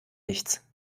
nichts